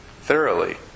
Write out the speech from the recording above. thoroughly